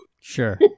Sure